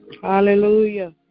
Hallelujah